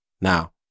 Now